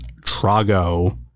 Trago